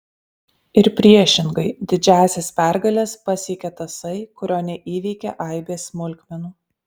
ir priešingai didžiąsias pergales pasiekia tasai kurio neįveikia aibės smulkmenų